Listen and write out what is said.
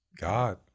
God